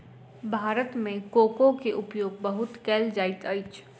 भारत मे कोको के उपयोग बहुत कयल जाइत अछि